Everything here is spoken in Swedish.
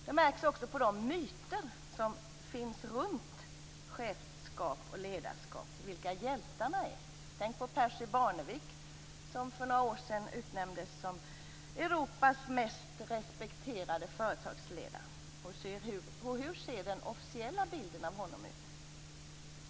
Det märks också på de myter som finns runt chefskap och ledarskap vilka hjältarna är. Tänk på Percy Barnevik, som för några år sedan utnämndes till Europas mest respekterade företagsledare! Hur ser den officiella bilden av honom ut?